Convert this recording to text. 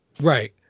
right